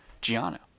Gianna